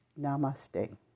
Namaste